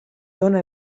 dóna